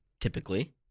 typically